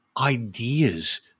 ideas